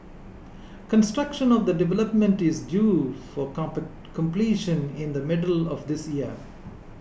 construction of the development is due for completion in the middle of this year